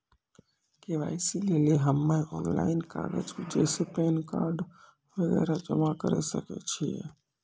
KYC लेली हम्मय online कागज जैसे पैन कार्ड वगैरह जमा करें सके छियै?